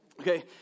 Okay